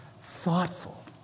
thoughtful